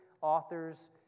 authors